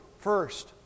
First